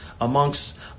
amongst